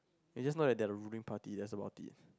you just know that they are the ruling party that's about it